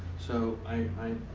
so i